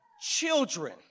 children